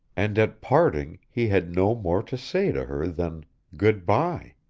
and at parting he had no more to say to her than good-by.